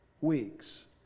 weeks